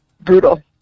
brutal